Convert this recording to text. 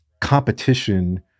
competition